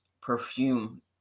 perfume